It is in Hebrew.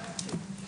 אני אקשיב.